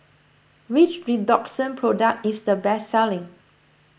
which Redoxon product is the best selling